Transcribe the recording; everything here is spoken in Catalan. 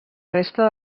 resta